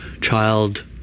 child